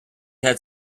had